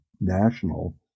National